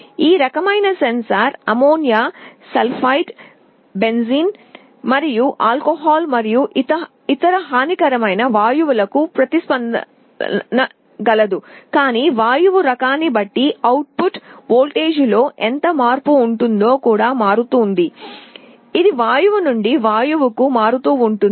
ఈ రకమైన sensor ammonia sulphide benzene మరియు ఆల్కహాల్ మరియు ఇతర హానికరమైన వాయువులకు ప్రతిస్పందించగలదు కాని వాయువు రకాన్ని బట్టి అవుట్పుట్ వోల్టేజ్లో ఎంత మార్పు ఉంటుందో కూడా మారుతుంది ఇది వాయువు నుండి వాయువు కు మారుతూ ఉంటుంది